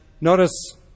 notice